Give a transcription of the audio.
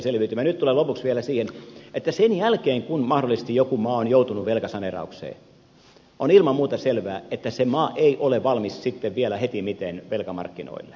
nyt tulen lopuksi vielä siihen että sen jälkeen kun mahdollisesti joku maa on joutunut velkasaneeraukseen on ilman muuta selvää että se maa ei ole valmis sitten vielä hetimmiten velkamarkkinoille